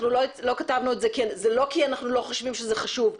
אנחנו לא כתבנו לא כי אנחנו לא חושבים שזה חשוב.